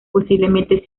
posiblemente